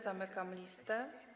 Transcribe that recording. Zamykam listę.